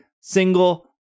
single